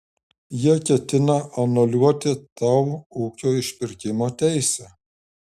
jie ketina anuliuoti tau ūkio išpirkimo teisę